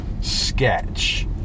sketch